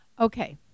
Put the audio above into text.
Okay